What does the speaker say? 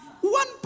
One